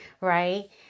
Right